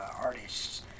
artists